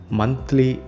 monthly